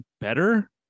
better